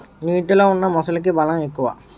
నీటిలో ఉన్న మొసలికి బలం ఎక్కువ